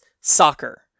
soccer